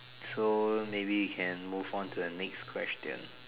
so maybe can move on to the next question